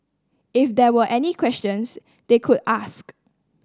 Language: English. if there were any questions they could ask